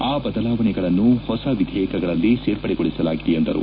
ಆ ಬದಲಾವಣೆಗಳನ್ನು ಹೊಸ ವಿಧೇಯಕಗಳಲ್ಲಿ ಸೇರ್ಪಡೆಗೊಳಿಸಲಾಗಿದೆ ಎಂದರು